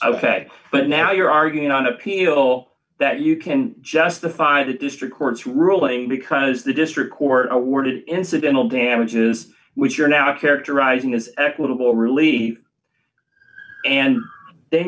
fact but now you're arguing on appeal that you can justify the district court's ruling because the district court awarded incidental damages which you're now characterizing this equitable relief and then